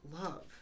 love